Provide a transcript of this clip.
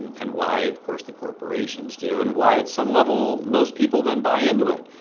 and why, of course, the corporations do, and why at some level most people then buy into it.